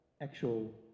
actual